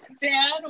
Dan